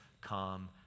come